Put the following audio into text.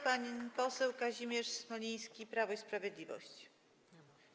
Pan poseł Kazimierz Smoliński, Prawo i Sprawiedliwość.